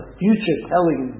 future-telling